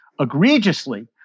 egregiously